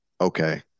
okay